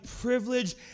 privilege